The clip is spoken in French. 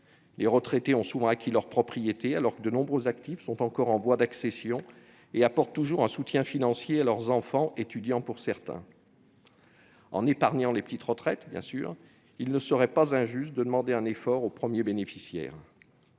Les retraités ont souvent acquis leur propriété, alors que de nombreux actifs sont encore en voie d'accession et apportent toujours un soutien financier à leurs enfants, étudiants pour certains. Tout en épargnant les petites retraites, bien sûr, il ne serait pas injuste de demander un effort aux premiers bénéficiaires.